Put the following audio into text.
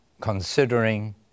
considering